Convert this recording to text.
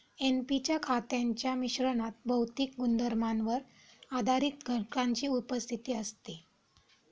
NP च्या खतांच्या मिश्रणात भौतिक गुणधर्मांवर आधारित घटकांची उपस्थिती असते